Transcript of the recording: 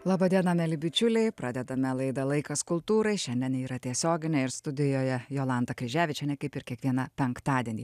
laba diena mieli bičiuliai pradedame laidą laikas kultūrai šiandien ji yra tiesioginė ir studijoje jolanta kryževičienė kaip ir kiekvieną penktadienį